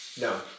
No